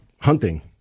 hunting